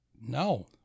No